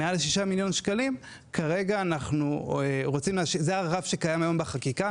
6 מיליון ₪ הוא הרף שקיים היום בחקיקה.